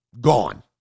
Gone